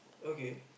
okay